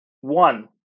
one